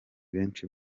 benshi